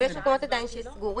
אבל יש מקומות עדיין שסגורים,